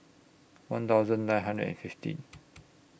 one thousand nine hundred and fifteen